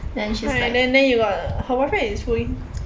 then she's like